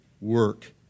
work